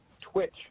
Twitch